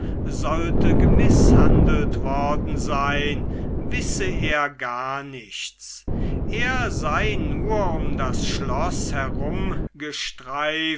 sollte gemißhandelt worden sein wisse er gar nichts er sei nur um das schloß herumgestreift